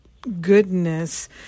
goodness